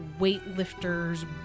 weightlifter's